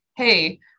hey